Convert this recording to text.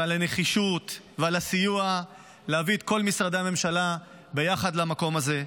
ועל הנחישות ועל הסיוע להביא את כל משרדי הממשלה ביחד למקום הזה,